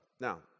Now